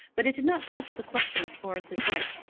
but it did not touch the question of florence's right.